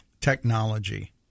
technology